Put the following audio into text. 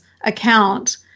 account